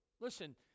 Listen